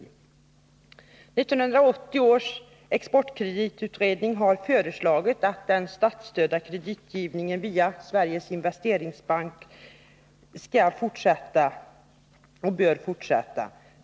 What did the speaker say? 1980 års exportkreditutredning har föreslagit att den statsstödda kreditgivningen via Sveriges investeringsbank skall fortsätta.